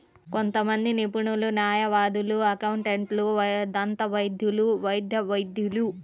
కొంతమంది నిపుణులు, న్యాయవాదులు, అకౌంటెంట్లు, దంతవైద్యులు, వైద్య వైద్యులు